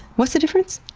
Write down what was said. what's the difference?